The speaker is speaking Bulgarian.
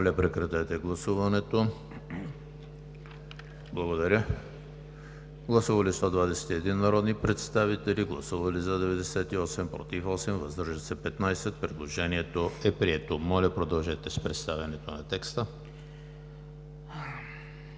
продължете с представянето на текста.